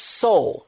soul